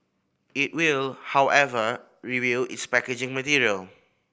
it will however review its packaging material